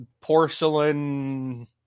porcelain